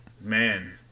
man